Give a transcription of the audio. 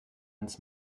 uns